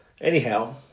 Anyhow